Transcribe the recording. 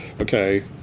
okay